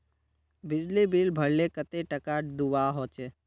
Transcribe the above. बिजली बिल भरले कतेक टाका दूबा होचे?